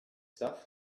stuff